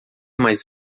mais